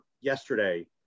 yesterday